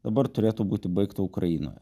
dabar turėtų būti baigta ukrainoje